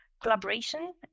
Collaboration